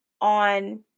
on